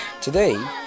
Today